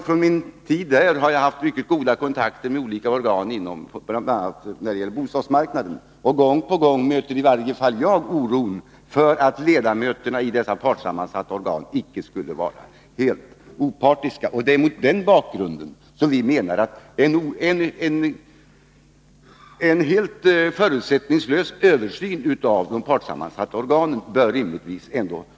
Från min tid där har jag haft mycket god kontakt med olika organ inom bl.a. bostadsmarknaden, och gång på gång möter i varje fall jag oron för att ledamöterna i dessa partssammansatta organ icke skulle vara helt opartiska. Det är mot den bakgrunden som vi menar att en helt förutsättningslös översyn av de partssammansatta organen bör komma till stånd.